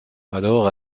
alors